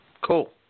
Cool